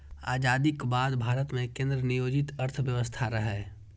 आजादीक बाद भारत मे केंद्र नियोजित अर्थव्यवस्था रहै